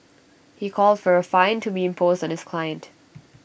he called for A fine to be imposed on his client